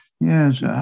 yes